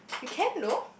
you can though